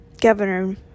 governor